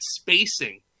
spacing